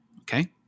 okay